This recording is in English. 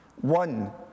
One